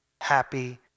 happy